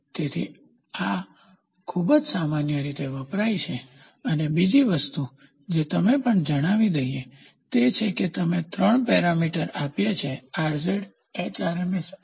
તેથી આ ખૂબ જ સામાન્ય રીતે વપરાય છે અને બીજી વસ્તુ જે તમે પણ જાણવી જોઈએ તે છે કે તમે ત્રણ પેરામીટર માપ્યા છે અને